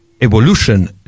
evolution